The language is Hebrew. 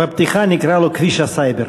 בפתיחה נקרא לו "כביש הסיידר".